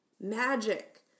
Magic